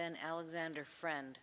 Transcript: then alexander friend